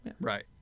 Right